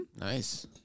Nice